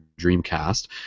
Dreamcast